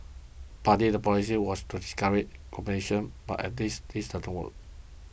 partly the policy was to discourage competition but at this this didn't work